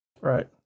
Right